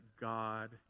God